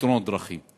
בתאונת דרכים.